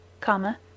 comma